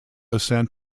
ascent